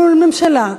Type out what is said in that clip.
מול ממשלה,